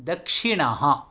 दक्षिणः